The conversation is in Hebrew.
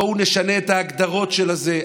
בואו נשנה את ההגדרות של זה.